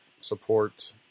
support